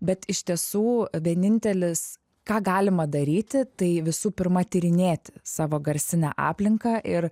bet iš tiesų vienintelis ką galima daryti tai visų pirma tyrinėti savo garsinę aplinką ir